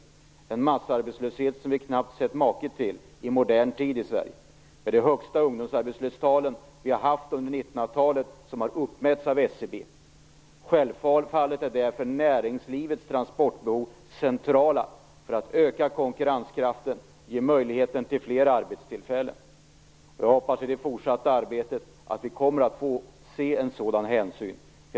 Vi har en massarbetslöshet som vi knappt sett maken till i modern tid i Sverige. Vi har de högsta ungdomsarbetslöshetstalen som har uppmätts av SCB under 1900-talet. Därför är näringslivets transportbehov centrala för att öka konkurrenskraften och ge möjlighet till fler arbetstillfällen. Jag hoppas att vi kommer att få se en sådan hänsyn i det fortsatta arbetet.